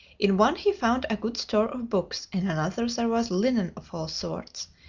in one he found a good store of books, in another there was linen of all sorts,